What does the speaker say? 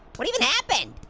but even happened?